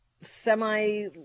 semi